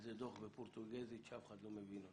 איזה דוח בפורטוגזית שאף אחד לא מבין אותו.